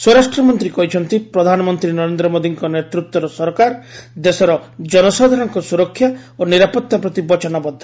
ସ୍ୱରାଷ୍ଟ୍ର ମନ୍ତ୍ରୀ କହିଛନ୍ତି ପ୍ରଧାନମନ୍ତ୍ରୀ ନରେନ୍ଦ୍ର ମୋଦୀଙ୍କ ନେତୃତ୍ୱର ସରକାର ଦେଶର କନସାଧାରଣଙ୍କ ସୁରକ୍ଷା ଓ ନିରାପତ୍ତା ପ୍ରତି ବଚନବଦ୍ଧ